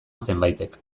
zenbaitek